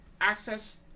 access